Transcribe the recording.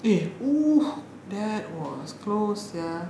eh oh that was close sia